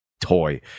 toy